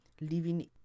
living